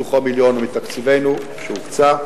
מתוכו מיליון מתקציבנו שהוקצה.